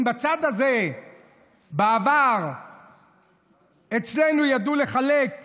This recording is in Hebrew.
אם בצד הזה בעבר אצלנו ידעו לחלק תלושים,